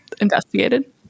investigated